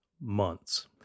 months